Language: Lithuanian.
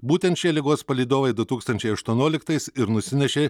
būtent šie ligos palydovai du tūkstančiai aštuonioliktais ir nusinešė